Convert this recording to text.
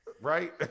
right